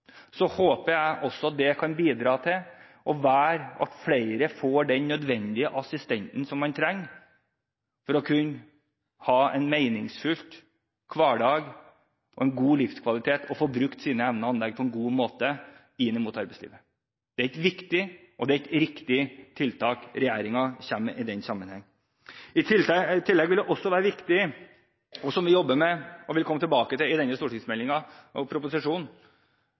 så håper jeg det kan bidra til og være det som gjør at flere får den nødvendige assistenten som man trenger for å kunne ha en meningsfull hverdag, en god livskvalitet og få brukt sine evner og anlegg på en god måte i arbeidslivet. Det er et viktig, og det er et riktig tiltak regjeringen kommer med i den sammenheng. I tillegg vil det også være viktig, noe vi jobber med og vil komme tilbake til i denne stortingsmeldingen og